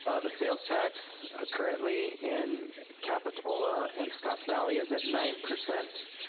the sales tax ah currently in capitola and scotts valley is at nine percent